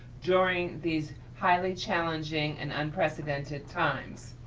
during these highly challenging and unprecedented times,